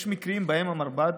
יש מקרים שבהם המרב"ד,